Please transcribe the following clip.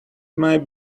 might